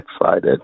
excited